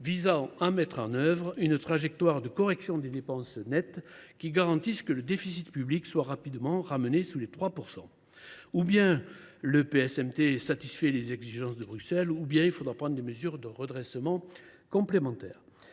visant à mettre en œuvre une trajectoire de correction de ses dépenses nettes qui garantisse que le déficit public soit rapidement ramené sous les 3 % du PIB. Ou bien le PSMT satisfait les exigences de Bruxelles, ou bien il faudra prendre des mesures de redressement supplémentaires.